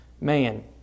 man